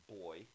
boy